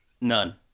None